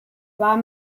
war